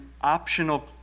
optional